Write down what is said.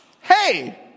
hey